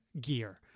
gear